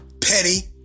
petty